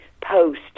post